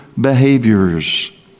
behaviors